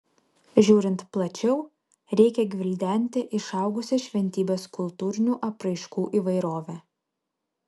žiūrint plačiau reikia gvildenti išaugusią šventybės kultūrinių apraiškų įvairovę